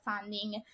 funding